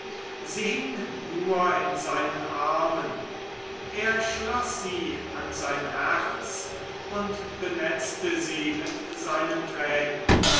sie hing nur in seinen armen er schloß sie an sein herz und benetzte sie mit seinen tränen